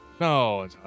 No